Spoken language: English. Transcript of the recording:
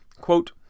Quote